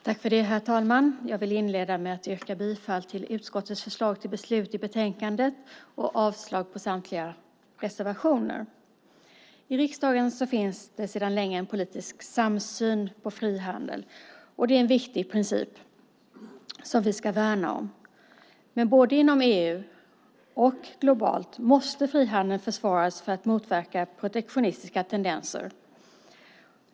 Herr talman! Jag vill inleda med att yrka bifall till utskottets förslag till beslut i betänkandet och avslag på samtliga reservationer. I riksdagen finns det sedan länge en politisk samsyn på frihandeln. Det är en viktig princip som vi ska värna om. Men både inom EU och globalt måste frihandeln försvaras för att motverka protektionistiska tendenser.